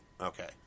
Okay